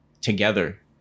together